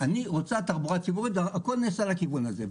שהיא רוצה תחבורה ציבורית, והכול נעשה לכיוון הזה.